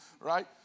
Right